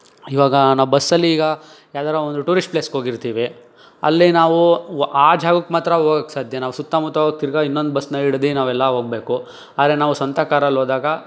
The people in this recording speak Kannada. ಈವಾಗ ನಾವು ಬಸ್ಸಲ್ಲಿ ಈಗ ಯಾವ್ದಾರ ಒಂದು ಟೂರಿಷ್ಟ್ ಪ್ಲೇಸ್ಗೆ ಹೋಗಿರ್ತೀವಿ ಅಲ್ಲಿ ನಾವು ವ ಆ ಜಾಗಕ್ಕೆ ಮಾತ್ರ ಹೋಗಕ್ಕೆ ಸಾಧ್ಯ ನಾವು ಸುತ್ತಮುತ್ತ ಹೋಗಿ ತಿರ್ಗಾ ಇನ್ನೊಂದು ಬಸ್ಸನ್ನ ಹಿಡ್ದು ನಾವೆಲ್ಲ ಹೋಗ್ಬೇಕು ಆದರೆ ನಾವು ಸ್ವಂತ ಕಾರಲ್ಲಿ ಹೋದಾಗ